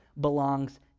belongs